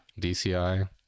dci